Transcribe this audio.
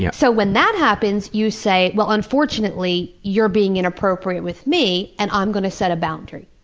yeah so when that happens you say, well, unfortunately you're being inappropriate with me and i'm going to set a boundary.